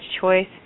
choice